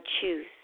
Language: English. choose